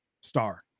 star